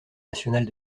national